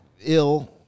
ill